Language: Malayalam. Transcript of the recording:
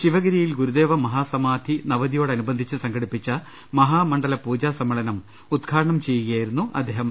ശിവഗിരിയിൽ ഗുരുദേവ മഹാസമാധി നവതിയോടനുബന്ധിച്ച് സംഘ ടിപ്പിച്ച മഹാമണ്ഡല പൂജാ സമ്മേളനം ഉദ്ഘാടനം ചെയ്യുകയായിരുന്നു അദ്ദേഹം